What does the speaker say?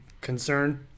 concern